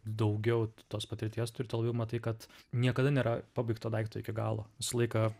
daugiau tos patirties turi tuo labiau matai kad niekada nėra pabaigto daikto iki galo visą laiką